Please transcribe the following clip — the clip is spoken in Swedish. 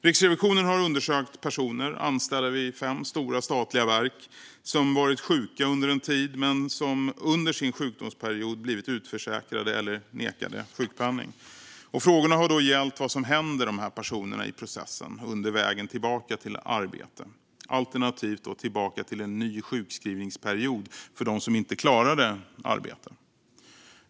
Riksrevisionen har undersökt anställda vid fem stora statliga verk, som varit sjuka under en tid och som under sin sjukdomsperiod blivit utförsäkrade eller nekade sjukpenning. Frågorna har gällt vad som händer dessa personer under processen på vägen tillbaka till arbete eller, alternativt, tillbaka till en ny sjukskrivningsperiod för dem som inte klarade arbete.